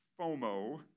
FOMO